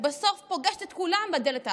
בסוף פוגשות את כולם בדלת האחורית.